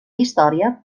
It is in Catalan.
història